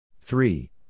Three